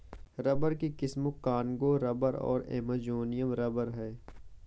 rubber की किस्में Congo rubber और अमेजोनियन रबर हैं